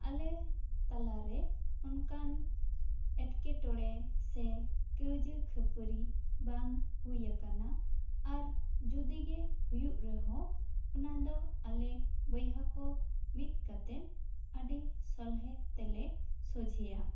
ᱟᱞᱮ ᱛᱟᱞᱟᱨᱮ ᱚᱱᱠᱟᱱ ᱮᱸᱴᱠᱮᱴᱚᱬᱮ ᱥᱮ ᱠᱟᱹᱭᱡᱟᱹ ᱠᱷᱟᱹᱯᱟᱹᱨᱤ ᱵᱟᱝ ᱦᱩᱭ ᱟᱠᱟᱱᱟ ᱟᱨ ᱡᱩᱫᱤ ᱜᱮ ᱦᱩᱭᱩᱜ ᱨᱮᱦᱚᱸ ᱚᱱᱟ ᱫᱚ ᱟᱞᱮ ᱵᱚᱭᱦᱟ ᱠᱚ ᱢᱤᱫ ᱠᱟᱛᱮ ᱟᱹᱰᱤ ᱥᱚᱞᱦᱮ ᱛᱮᱞᱮ ᱥᱚᱡᱷᱮᱭᱟ